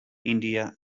india